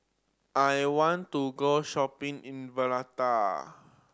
I want to go shopping in Valletta